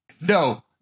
No